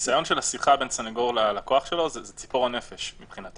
החיסיון של השיחה בין סנגור ללקוח שלו זו ציפור הנפש מבחינתנו.